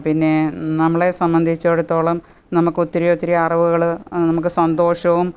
പിന്നെ നമ്മളെ സംബന്ധിച്ചടുത്തോളം നമുക്കൊത്തിരി ഒത്തിരി അറിവുകൾ നമുക്ക് സന്തോഷവും